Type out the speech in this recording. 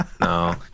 No